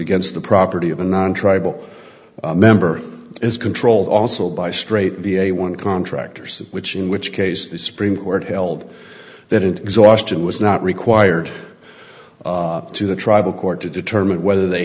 against the property of a non tribal member is controlled also by straight v a one contractors which in which case the supreme court held that exhaustion was not required to the tribal court to determine whether they